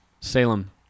Salem